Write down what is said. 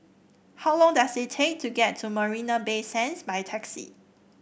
how long does it take to get to Marina Bay Sands by taxi